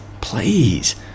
please